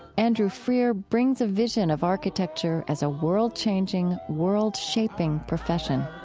andrew freear brings a vision of architecture as a world-changing, world-shaping profession